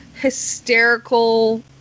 hysterical